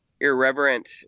irreverent